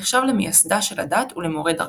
הנחשב למייסדה של הדת ולמורה דרכה.